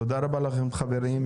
תודה רבה לכם חברים.